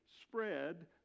spread